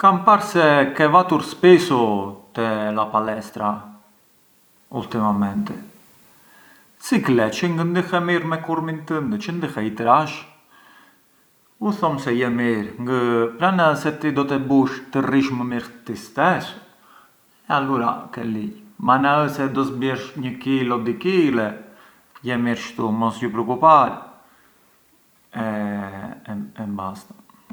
Kam parë se ke vatur spisu te la palestra ultimamenti, si kle? Çë ngë ndihe mirë me kurmin tëndë? Çë ndihe i trash? U thom se rri mirë ngë… pran na ti thua se do e bush të rrish më mirë me tij stesu alura ke liqë, ma na ë se do zbiersh një kil o dy kile je mirë shtu mos ju preokupar e… e basta.